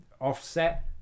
offset